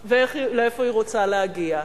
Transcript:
באה ולאיפה היא רוצה להגיע.